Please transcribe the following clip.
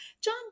John